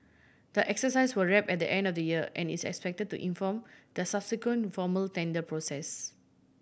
the exercise will wrap at the end of the year and is expected to inform the subsequent formal tender process